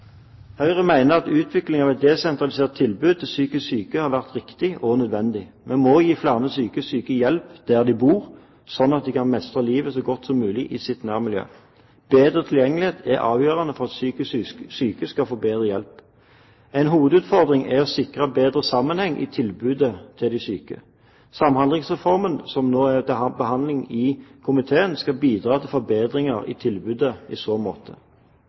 Høyre mener at utviklingen av et desentralisert tilbud til psykisk syke har vært riktig og nødvendig. Vi må gi flere psykisk syke hjelp der de bor, slik at de kan mestre livet så godt som mulig i sitt nærmiljø. Bedre tilgjengelighet er avgjørende for at psykisk syke skal få bedre hjelp. En hovedutfordring er å sikre bedre sammenheng i tilbudet til de syke. Samhandlingsreformen, som nå er til behandling i komiteen, skal bidra til forbedringer i tilbudet i så måte.